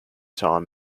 time